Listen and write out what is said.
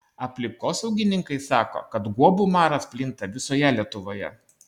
aplinkosaugininkai sako kad guobų maras plinta visoje lietuvoje